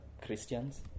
Christians